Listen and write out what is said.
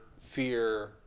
fear